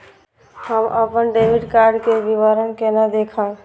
हम अपन debit card के विवरण केना देखब?